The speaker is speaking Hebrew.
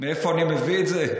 מאיפה אני מביא את זה?